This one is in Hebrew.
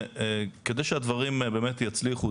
שכדי שהדברים באמת יצליחו,